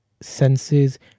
senses